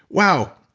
wow,